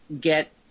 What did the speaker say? get